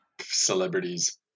celebrities